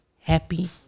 happy